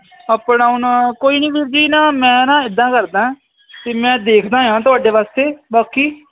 ਆਪਣਾ ਉਹਨਾਂ ਕੋਈ ਨਹੀਂ ਵੀਰ ਜੀ ਨਾ ਮੈਂ ਨਾ ਇੱਦਾਂ ਕਰਦਾ ਅਤੇ ਮੈਂ ਦੇਖਦਾ ਹਾਂ ਤੁਹਾਡੇ ਵਾਸਤੇ ਬਾਕੀ